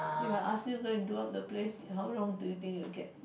if I ask you go and do up the place how long do you think you will get